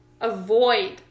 avoid